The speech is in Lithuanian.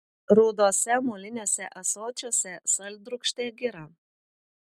ruduose moliniuose ąsočiuose saldrūgštė gira